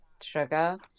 sugar